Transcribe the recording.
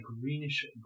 greenish